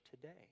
today